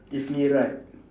if me right